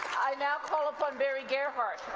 i now call upon barry gerhart,